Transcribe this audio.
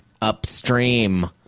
Upstream